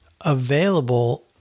available